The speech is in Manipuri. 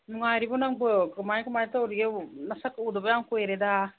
ꯅꯨꯡꯉꯥꯏꯔꯤꯕꯣ ꯅꯪꯕꯣ ꯀꯃꯥꯏ ꯀꯃꯥꯏ ꯇꯧꯔꯤꯒꯦ ꯅꯁꯛ ꯎꯗꯕ ꯌꯥꯝ ꯀꯨꯏꯔꯦꯗ